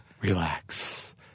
relax